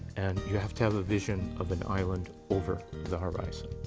and you have to have a vision of an island over the horizon.